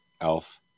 Elf